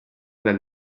del